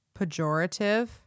pejorative